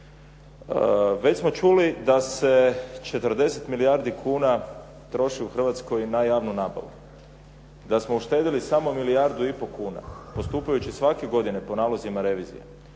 Već smo čuli da se 40 milijardi kuna troši u Hrvatskoj na javnu nabavu. Da smo uštedili samo milijardu i pol kuna, postupajući svake godine po nalozima revizije.